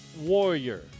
warrior